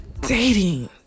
dating